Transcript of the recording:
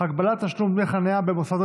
והרווחה של הכנסת, בהסכמת המציע והממשלה.